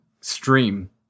stream